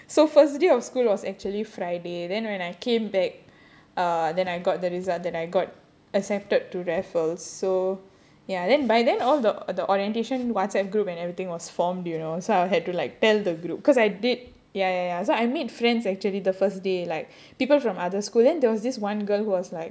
so first day of school was actually friday then when I came back uh then I got the result that I got accepted to raffles so ya then by then all the the orientation WhatsApp group and everything was formed you know so I had to like tell the group because I did ya ya ya so I made friends actually the first day like people from other school then there was this one girl who was like